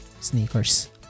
sneakers